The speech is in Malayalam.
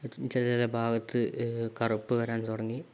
ചില ചില ഭാഗത്ത് കറുപ്പ് വരാൻ തുടങ്ങി